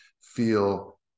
feel